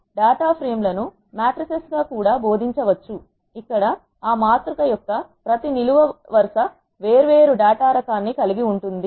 data frame లను matrices గా కూడా బోధించవచ్చు ఇక్కడ అ మాతృక యొక్క ప్రతి నిలువు వరుస వేర్వేరు డేటా రకాన్ని కలిగి ఉంటుంది